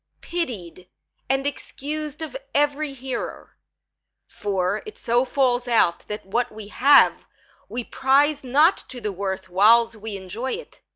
pitied and excus'd of every hearer for it so falls out that what we have we prize not to the worth whiles we enjoy it,